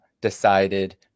decided